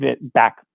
back